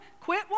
quit